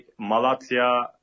Malatya